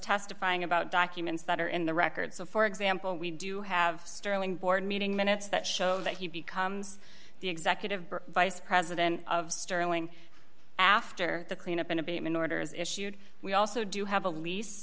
testifying about documents that are in the record so for example we do have sterling board meeting minutes that show that he becomes the executive vice president of sterling after the clean up and abatement orders issued we also do have a